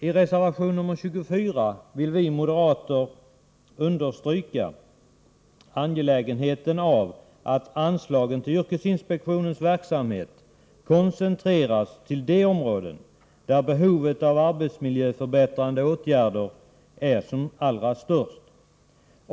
I reservation nr 24 vill vi understryka det angelägna i att anslagen till yrkesinspektionens verksamhet koncentreras till de områden där behovet av arbetsmiljöförbättrande åtgärder är som allra störst.